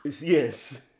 Yes